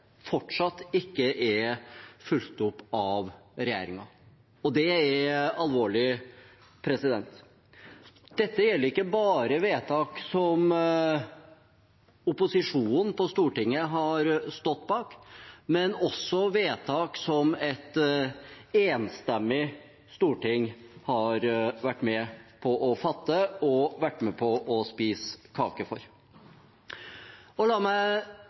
fortsatt ikke er fulgt opp av regjeringen. Det er alvorlig. Dette gjelder ikke bare vedtak som opposisjonen på Stortinget har stått bak, men også vedtak som et enstemmig storting har vært med på å fatte og vært med på å spise kake for. La meg